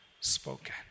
spoken